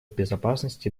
безопасность